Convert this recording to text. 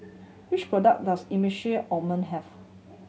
which product does Emulsying Ointment have